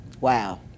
Wow